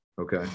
Okay